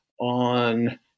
On